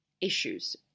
issues